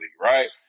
right